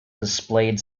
displayed